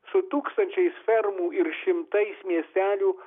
su tūkstančiais fermų ir šimtais miestelių